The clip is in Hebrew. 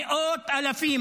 מאות אלפים,